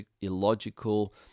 illogical